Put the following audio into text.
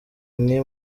nti